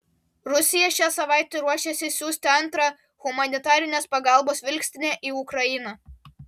rusija šią savaitę ruošiasi siųsti antrą humanitarinės pagalbos vilkstinę į ukrainą